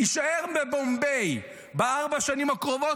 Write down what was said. יישאר בבומביי בארבע השנים הקרובות,